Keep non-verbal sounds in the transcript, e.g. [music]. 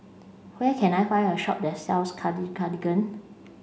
where can I find a shop that sells [unintelligible] Cartigain